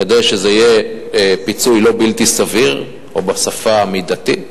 כדי שזה יהיה פיצוי לא בלתי סביר, או בשפה, מידתי,